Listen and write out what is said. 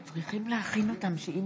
בבקשה,